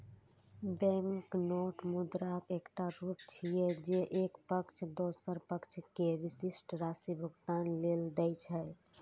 banknote मुद्राक एकटा रूप छियै, जे एक पक्ष दोसर पक्ष कें विशिष्ट राशि भुगतान लेल दै छै